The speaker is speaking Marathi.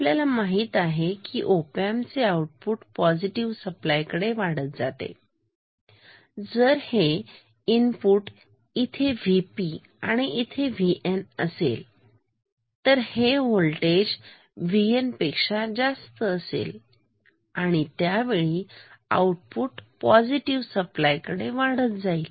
आपल्याला माहित आहे की ऑपम्प चे आउटपुट हे पॉझिटिव्ह सप्लाय कडे वाढत जाते जर हे इनपुट म्हणजे इथे हे VP आणि हे VN आहे हे व्होल्टेज VN पेक्षा जास्त असेल तर त्यांचे आउटपुट पॉझिटिव्ह सप्लाय कडे वाढत जाते